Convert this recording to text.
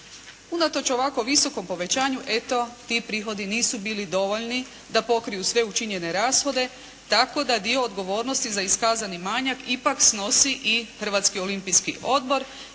Unatoč ovako visokom povećanju ti prihodi nisu bili dovoljni da pokriju sve učinjene rashode, tako da dio odgovornosti za iskazani manjak ipak snosi i Hrvatski olimpijski odbor